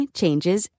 changes